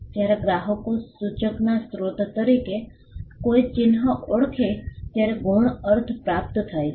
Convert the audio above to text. જ્યારે ગ્રાહકો સૂચકના સ્ત્રોત તરીકે કોઈ ચિહ્ન ઓળખે ત્યારે ગૌણ અર્થ પ્રાપ્ત થાય છે